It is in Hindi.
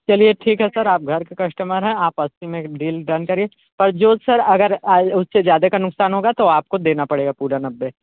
चलिए ठीक है सर आप घर के कस्टमर हैं आप अस्सी में एक डील डन करिए पर जो सर अगर उस से ज़्यादा का नुकसान होगा तो आपको देना पड़ेगा पूरा नब्बे